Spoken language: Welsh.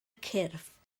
cyrff